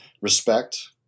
Respect